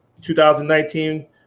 2019